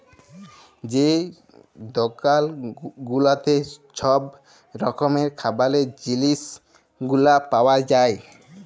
যে দকাল গুলাতে ছব রকমের খাবারের জিলিস গুলা পাউয়া যায়